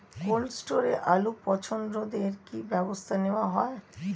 Cold স্টোরে আলুর পচন রোধে কি ব্যবস্থা নেওয়া হয়?